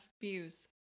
views